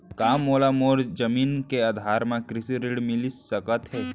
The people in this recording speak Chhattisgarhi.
का मोला मोर जमीन के आधार म कृषि ऋण मिलिस सकत हे?